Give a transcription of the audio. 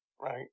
Right